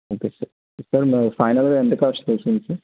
okay sir sir ఫైనల్గా ఎంత కాస్ట్కి వస్తుంది సార్